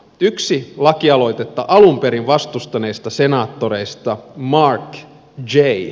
yksi lakialoitetta alun perin vastustaneista senaattoreista mark j